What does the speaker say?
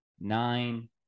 nine